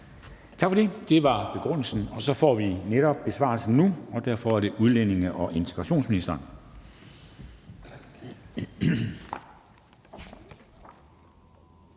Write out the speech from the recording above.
Tak for det. Det var begrundelsen, og så får vi netop besvarelsen nu. Derfor er det udlændinge- og integrationsministeren.